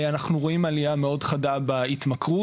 אנחנו רואים עלייה מאוד חדה בהתמכרות,